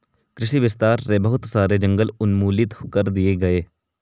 कृषि विस्तार से बहुत सारे जंगल उन्मूलित कर दिए गए